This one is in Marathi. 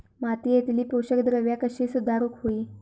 मातीयेतली पोषकद्रव्या कशी सुधारुक होई?